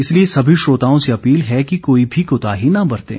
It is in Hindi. इसलिए सभी श्रोताओं से अपील है कि कोई भी कोताही न बरतें